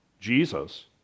Jesus